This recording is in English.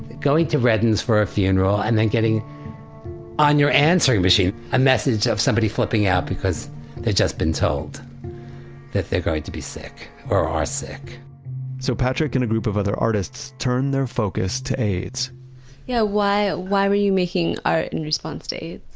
going to redden's for a funeral, and then getting on your answering machine, a message of somebody flipping out because they've just been told that they are going to be sick or are sick so, patrick and a group of other artists turned their focus to aids yeah why why were you making art in response to aids?